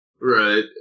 Right